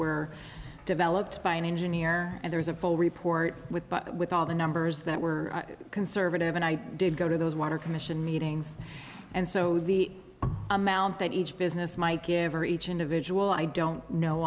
were developed by an engineer and there's a full report with with all the numbers that were conservative and i did go to those water commission meetings and so the amount that each business might give or each individual i don't know